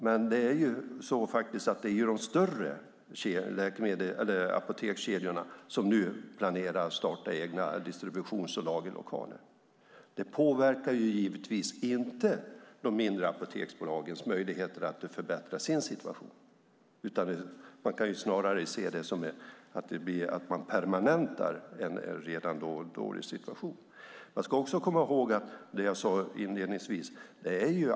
Men det är faktiskt de större apotekskedjorna som nu planerar att starta egna distributions och lagerlokaler. Det påverkar givetvis inte de mindre apoteksbolagens möjligheter att förbättra sin situation. Det kan snarare ses som att man permanentar en redan dålig situation. Man ska också komma ihåg det jag sade inledningsvis.